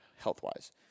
health-wise